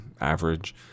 average